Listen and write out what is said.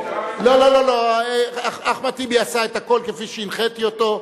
לא, אחמד טיבי עשה את הכול כפי שהנחיתי אותו.